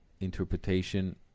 interpretation